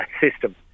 system